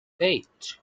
eight